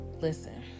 Listen